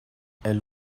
elle